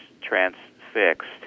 transfixed